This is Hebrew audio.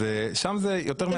אז שם זה יותר מאתגר.